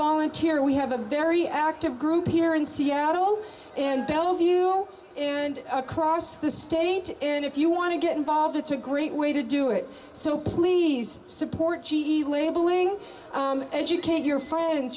volunteer we have a very active group here in seattle and bellevue and across the state and if you want to get involved it's a great way to do it so please support g e labeling educate your friends